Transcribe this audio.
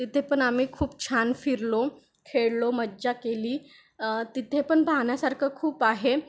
तिथे पण आम्ही खूप छान फिरलो खेळलो मजा केली तिथे पण पाहण्यासारखं खूप आहे